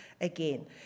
again